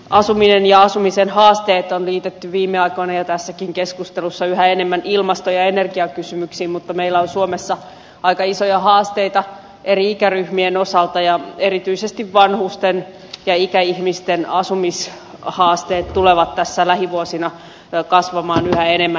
asuminen ja asumisen haasteet on liitetty viime aikoina ja tässäkin keskustelussa yhä enemmän ilmasto ja energiakysymyksiin mutta meillä on suomessa aika isoja haasteita eri ikäryhmien osalta ja erityisesti vanhusten ja ikäihmisten asumishaasteet tulevat tässä lähivuosina kasvamaan yhä enemmän